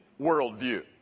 worldview